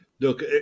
Look